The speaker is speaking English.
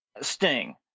Sting